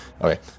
Okay